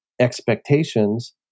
expectations